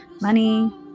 money